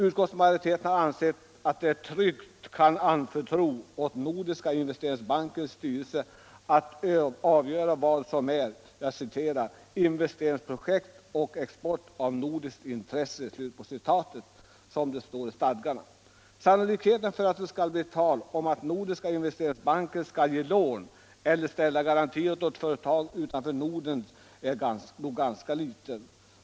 Utskottsmajoriteten har ansett att man tryggt kan anförtro åt Nordiska investeringsbankens styrelse att avgöra vad som är ”investeringsprojekt och export av nordiskt intresse”, som det står i stadgarna. Sannolikheten för att det skall bli tal om att Nordiska investeringsbanken skall ge lån eller ställa garantier åt företag utanför Norden är nog ganska liten.